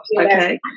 okay